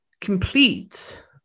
complete